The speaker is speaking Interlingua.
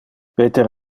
peter